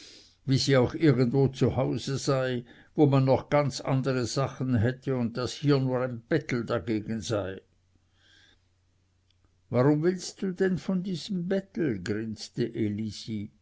wie sie auch irgendwo zu hause sei wo man noch ganz andere sachen hätte und das hier nur ein bettel dagegen sei warum willst du dann von diesem bettel grinste elisi